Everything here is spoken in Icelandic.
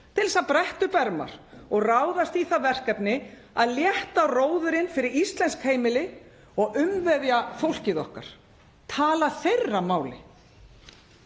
til að bretta upp ermar og ráðast í það verkefni að létta róðurinn fyrir íslensk heimili og umvefja fólkið okkar, tala þeirra máli.